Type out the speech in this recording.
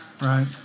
Right